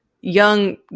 young